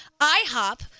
IHOP